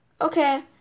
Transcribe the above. Okay